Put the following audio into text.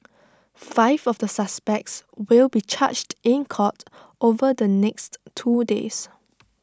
five of the suspects will be charged in court over the next two days